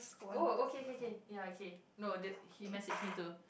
oh okay K K ya okay no that she message me too